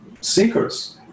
seekers